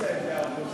השר גדעון סער,